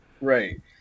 Right